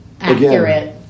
accurate